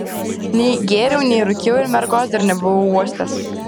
nei gėriau nei rūkiau ir mergos dar nebuvau uostęs